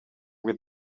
with